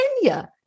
Kenya